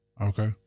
Okay